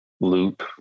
loop